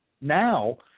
Now